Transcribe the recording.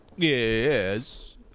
Yes